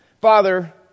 Father